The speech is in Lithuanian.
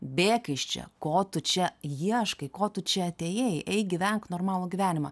bėk iš čia ko tu čia ieškai ko tu čia atėjai eik gyvenk normalų gyvenimą